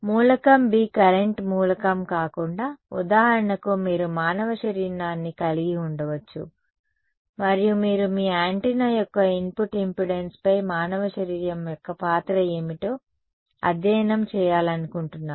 మూలకం B current మూలకం కాకుండా ఉదాహరణకు మీరు మానవ శరీరాన్ని కలిగి ఉండవచ్చు మరియు మీరు మీ యాంటెన్నా యొక్క ఇన్పుట్ ఇంపెడెన్స్పై మానవ శరీరం యొక్క పాత్ర ఏమిటో అధ్యయనం చేయాలనుకుంటున్నారు